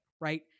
right